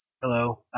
Hello